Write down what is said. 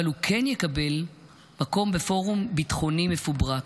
אבל הוא כן יקבל מקום בפורום ביטחוני מפוברק,